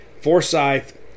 Forsyth